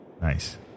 Nice